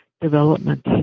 development